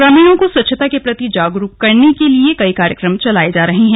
ग्रामीणों को स्वच्छता के प्रति जागरुक करने के लिए कई कार्यक्रम चलाये जा रहे हैं